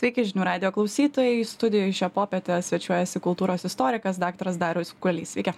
sveiki žinių radijo klausytojai studijoj šią popietę svečiuojasi kultūros istorikas daktaras darius kuolys sveiki